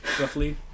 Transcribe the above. roughly